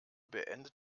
beendet